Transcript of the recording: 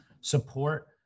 support